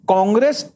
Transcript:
Congress